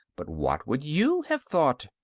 but what would you have thought?